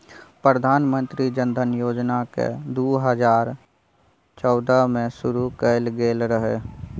प्रधानमंत्री जनधन योजना केँ दु हजार चौदह मे शुरु कएल गेल रहय